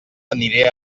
aniré